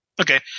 Okay